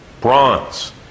Bronze